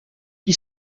qui